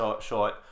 short